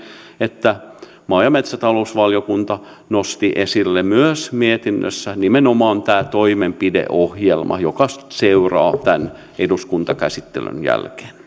että maa ja metsätalousvaliokunta nosti esille myös mietinnössään nimenomaan tämän toimenpideohjelman joka seuraa tämän eduskuntakäsittelyn jälkeen